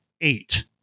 Eight